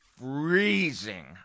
freezing